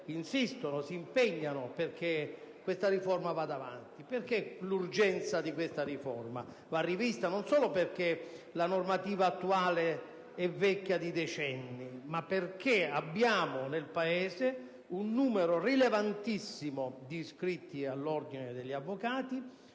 insistono e si impegnano affinché questa riforma vada avanti. Qual è il motivo dell'urgenza di questa riforma? Va rivista non solo perché la normativa attuale è vecchia di decenni, ma perché abbiamo nel Paese un numero rilevantissimo di iscritti all'ordine degli avvocati,